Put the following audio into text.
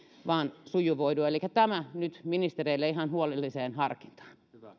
vain sujuvoidu elikkä tämä nyt ministereille ihan huolelliseen harkintaan ja nyt